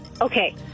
Okay